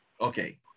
okay